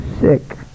sick